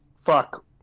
Fuck